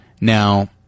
Now